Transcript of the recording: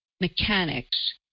mechanics